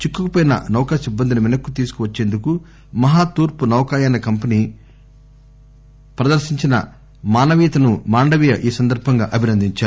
చిక్కుకుపోయిన నౌకాసిబ్బందిని వెనకు తీసుకువచ్చేందుకు మహా తూర్పు నౌకాయాన కంపెనీ జీఈఎస్సి ప్రదర్శించిన మానవీయతను మాండవీయ అభినందించారు